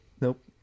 nope